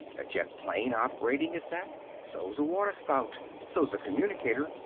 a jet-plane operating is that. so's a water-spout. so's a communicator.